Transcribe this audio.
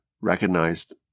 recognized